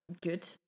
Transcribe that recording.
good